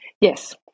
Yes